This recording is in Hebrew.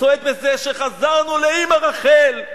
צועד בזה שחזרנו לאמא רחל,